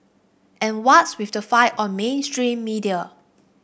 and what's with the fight on mainstream media